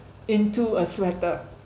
into a sweater